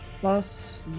plus